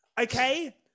okay